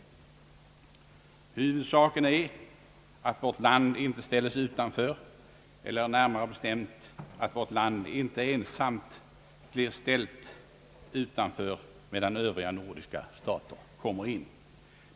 Huvudsaken är att vårt land inte ställes utanför, eller närmare bestämt att vårt land inte ensamt blir ställt utanför, medan övriga nordiska stater kommer in.